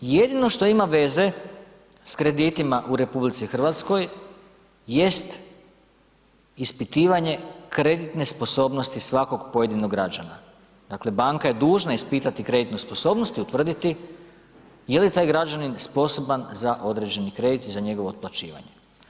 Jedino što ima veze s kreditima u RH jest ispitivanje kreditne sposobnosti svakog pojedinog građana, dakle, banka je dužna ispitati kreditnu sposobnost i utvrditi je li taj građanin sposoban za određeni kredit i za njegovo otplaćivanje.